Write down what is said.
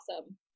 awesome